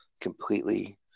completely